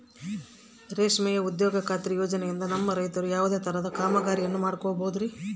ರಾಷ್ಟ್ರೇಯ ಉದ್ಯೋಗ ಖಾತ್ರಿ ಯೋಜನೆಯಿಂದ ನಮ್ಮ ರೈತರು ಯಾವುದೇ ತರಹದ ಕಾಮಗಾರಿಯನ್ನು ಮಾಡ್ಕೋಬಹುದ್ರಿ?